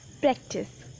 practice